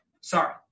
Sorry